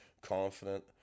confident